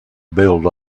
build